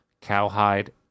cowhide